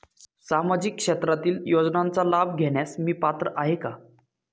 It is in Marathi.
सामाजिक क्षेत्रातील योजनांचा लाभ घेण्यास मी पात्र आहे का?